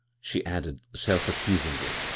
she added self-accusingly,